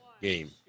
game